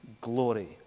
glory